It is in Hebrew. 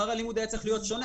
שכר הלימוד היה צריך להיות שונה,